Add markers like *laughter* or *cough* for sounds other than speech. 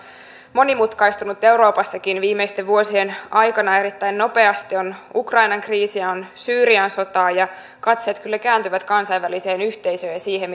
monimutkaistunut euroopassakin viimeisten vuosien aikana erittäin nopeasti on ukrainan kriisiä on syyrian sotaa ja katseet kyllä kääntyvät kansainväliseen yhteisöön ja siihen *unintelligible*